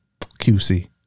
QC